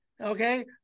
Okay